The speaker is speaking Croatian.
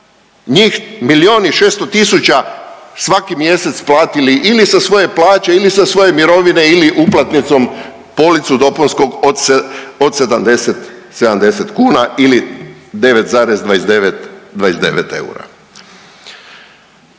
njih milion i 600 tisuća svaki mjesec platili ili sa svoje plaće ili sa svoje mirovine ili uplatnicom policu dopunskog od 70 kuna ili 9,29 eura.